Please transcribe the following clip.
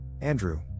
Andrew